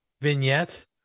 vignette